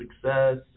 success